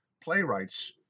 playwrights